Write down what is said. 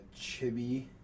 Chibi